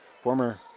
former